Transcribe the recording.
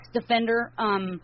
defender